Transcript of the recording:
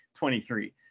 23